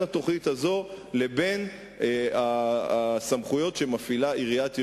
התוכנית הזאת לבין הסמכויות שמפעילה עיריית ירושלים.